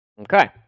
Okay